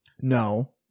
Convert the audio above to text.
No